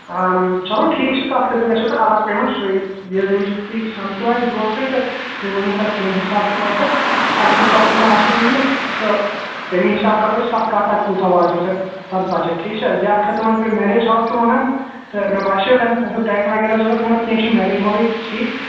اۭں چلو ٹھیٖک چھِ تَتھ خٲطرٕ گژھیو تۄہہِ الگ پیمٮ۪نٛٹ سُے ییٚمہِ وِزِ تُہۍ سَمکھیُو اَسہِ برٛۄنٛٹھ کَنہِ تہٕ تُہۍ ؤنِو تَتہِ کَمہِ حسابہٕ چھُو تۄہہِ تہٕ تۄہہِ کوٗتاہ کوٗتاہ آسیو روٚنمُت تہٕ تٔمی حِساب کَرو أسۍ پَتہٕ کَتھ تَتہِ کوٗتاہ واتیو تۄہہِ تَتھ بَجَٹ ٹھیٖک چھِ حظ یَتھ خٲطرٕ وۄنۍ تۄہہِ مٮ۪ریج ہال چھُو وَنان تہٕ مےٚ باسیو گۄڈٕنٮ۪تھ تۄہہِ چھُو ٹٮ۪نٛٹ وغیرہ ضوٚرَتھ مگر کیٚنہہ چھِنہٕ مٮ۪ریج ہالٕے ٹھیٖک